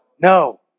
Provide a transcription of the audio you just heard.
No